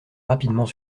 rapidement